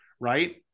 Right